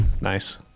Nice